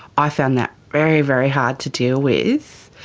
i found that very, very hard to deal with.